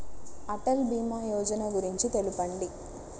అటల్ భీమా యోజన గురించి తెలుపండి?